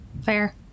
fair